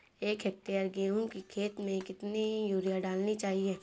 एक हेक्टेयर गेहूँ की खेत में कितनी यूरिया डालनी चाहिए?